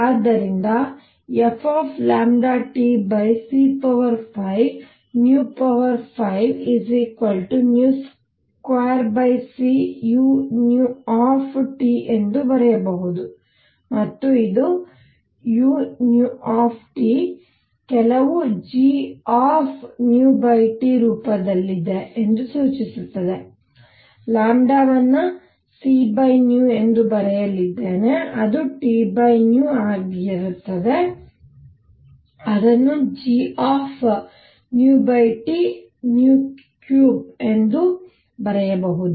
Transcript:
ಆದ್ದರಿಂದfTc552cu ಬರೆಯಬಹುದು ಮತ್ತು ಇದು u ಕೆಲವು g ರೂಪದಲ್ಲಿದೆ ಎಂದು ಸೂಚಿಸುತ್ತದೆ ವನ್ನು c ಎಂದು ಬರೆದಿದ್ದೇನೆ ಅದು T ಆಗಿರುತ್ತದೆ ಅದನ್ನು gT3ಎಂದು ಬರೆಯಬಹುದು